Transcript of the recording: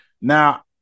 Now